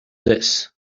this